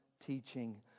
teaching